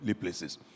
places